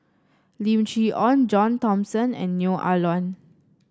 Lim Chee Onn John Thomson and Neo Ah Luan